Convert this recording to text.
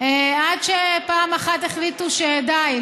עד שפעם אחת החליטו שדי,